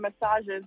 massages